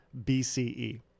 BCE